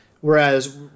Whereas